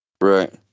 Right